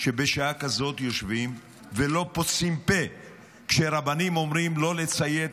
שבשעה כזאת יושבים ולא פוצים פה כשרבנים אומרים לא לציית